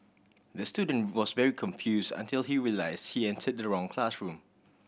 the student was very confused until he realised he entered the wrong classroom